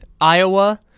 Iowa